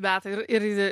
beata ir ir